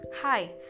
Hi